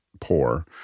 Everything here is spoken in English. poor